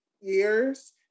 years